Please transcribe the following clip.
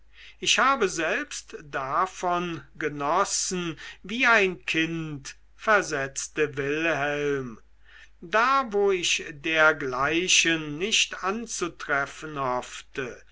ich habe selbst davon genossen wie ein kind versetzte wilhelm da wo ich dergleichen nicht anzutreffen hoffte